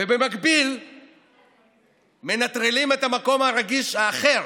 ובמקביל מנטרלים את המקום הרגיש האחר,